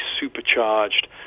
supercharged